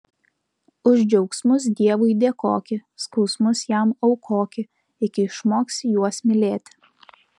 už džiaugsmus dievui dėkoki skausmus jam aukoki iki išmoksi juos mylėti